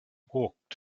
walked